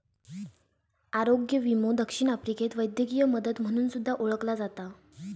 आरोग्य विमो दक्षिण आफ्रिकेत वैद्यकीय मदत म्हणून सुद्धा ओळखला जाता